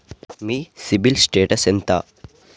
మీ CIBIL status ఎంత?